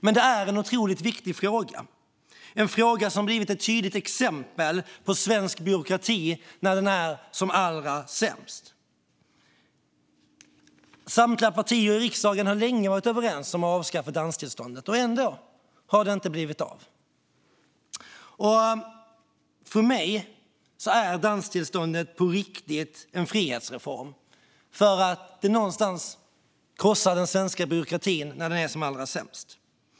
Men det är en otroligt viktig fråga, som har blivit ett tydligt exempel på svensk byråkrati när den är som allra sämst. Samtliga partier i riksdagen har länge varit överens om att avskaffa danstillståndet, och ändå har det inte blivit av. För mig är avskaffandet av danstillståndet på riktigt en frihetsreform för att det krossar den svenska byråkratin när den är som allra sämst.